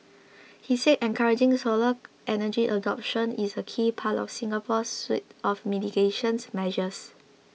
he said encouraging solar energy adoption is a key part of Singapore's suite of mitigations measures